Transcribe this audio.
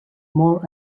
more